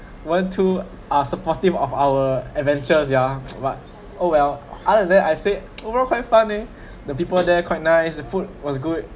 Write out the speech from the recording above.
one two are supportive of our adventures ya but oh well other than that I say overall quite fun leh the people there quite nice the food was good